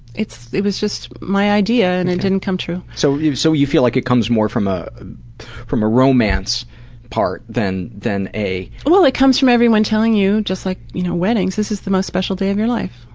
it was just my idea and it didn't come through. so, you so you feel like it comes more from a from a romance part than than a well, it comes from everyone telling you. just like you know, wedding. this is the most special day of your life.